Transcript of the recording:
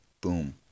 boom